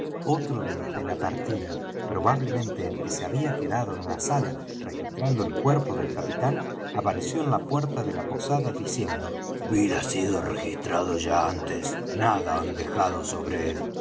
otro de los de la partida probablemente el que se había quedado en la sala registrando el cuerpo del capitán apareció en la puerta de la posada diciendo bill ha sido ya registrado antes nada han dejado sobre él